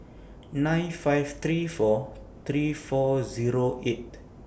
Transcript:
nine five three four three four Zero eight